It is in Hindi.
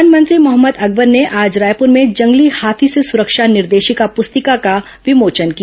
वन मंत्री मोहम्मद अकबर ने आज रायपुर में जंगली हाथी से सुरक्षा निर्देशिका पुस्तिका का विमोचन किया